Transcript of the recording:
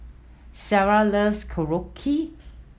Sarrah loves Korokke